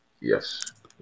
Yes